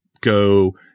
go